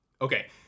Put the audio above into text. okay